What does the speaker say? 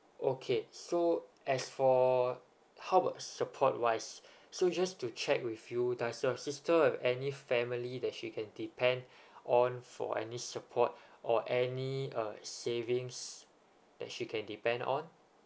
okay so as for how about support wise so just to check with you does your sister have any family that she can depend on for any support or any uh savings that she can depend on